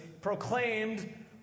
proclaimed